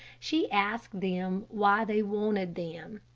she asked them why they wanted them.